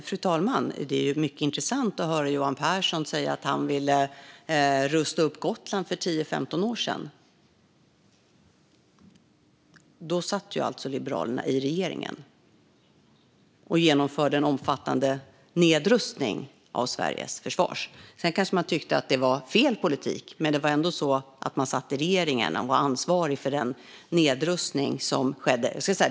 Fru talman! Det är mycket intressant att höra Johan Pehrson säga att han ville rusta upp Gotland för tio femton år sedan. Då satt ju Liberalerna i regeringen och genomförde en omfattande nedrustning av Sveriges försvar. Sedan kanske man tyckte att det var fel politik, men man satt ändå i regeringen och var ansvarig för den nedrustning som skedde.